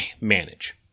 manage